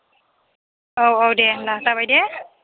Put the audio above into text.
औ औ दे होनब्ला जाबाय दे